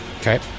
Okay